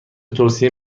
توصیه